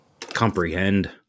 comprehend